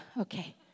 Okay